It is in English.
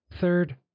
Third